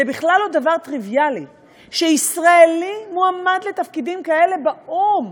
זה בכלל לא דבר טריוויאלי שישראלי מועמד לתפקידים כאלה באו"ם.